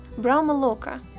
Brahmaloka